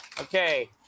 Okay